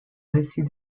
récit